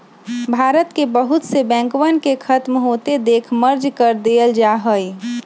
भारत के बहुत से बैंकवन के खत्म होते देख मर्ज कर देयल जाहई